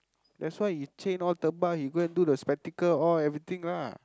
that's why you chain all you go and do the spectacle all everything lah